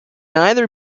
either